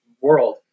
world